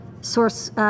source